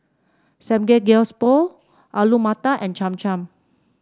Samgeyopsal Alu Matar and Cham Cham